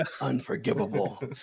Unforgivable